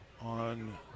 on